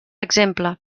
exemple